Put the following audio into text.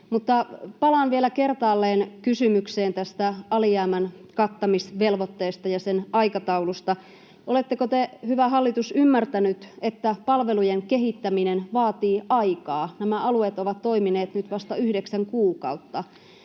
palaan vielä kertaalleen kysymykseen tästä alijäämän kattamisvelvoitteesta ja sen aikataulusta. Oletteko te, hyvä hallitus, ymmärtänyt, että palvelujen kehittäminen vaatii aikaa? Nämä alueet ovat toimineet nyt vasta yhdeksän kuukautta,